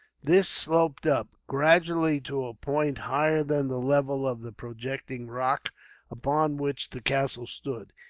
this sloped up, gradually, to a point higher than the level of the projecting rock upon which the castle stood.